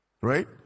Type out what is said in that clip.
Right